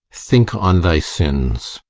think on thy sins.